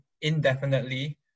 indefinitely